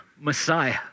Messiah